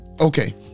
okay